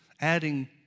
adding